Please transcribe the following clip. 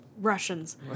Russians